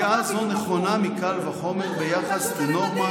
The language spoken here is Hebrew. "וקביעה זו נכונה מקל וחומר ביחס לנורמה